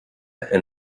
and